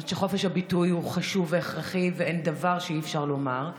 אני חושבת שחופש הביטוי הוא חשוב והכרחי ואין דבר שאי-אפשר לומר.